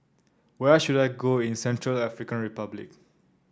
where should I go in Central African Republic